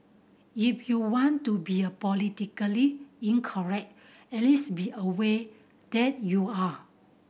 if you want to be a politically incorrect at least be aware that you are